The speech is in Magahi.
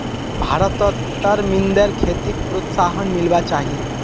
भारतत तरमिंदेर खेतीक प्रोत्साहन मिलवा चाही